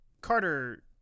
Carter